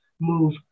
move